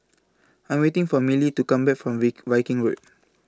I Am waiting For Mellie to Come Back from Viking Road